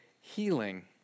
healing